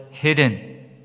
Hidden